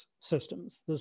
systems